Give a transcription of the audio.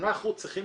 אנחנו צריכים